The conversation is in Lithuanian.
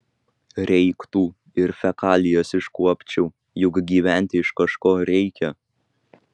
reiktų ir fekalijas iškuopčiau juk gyventi iš kažko reikia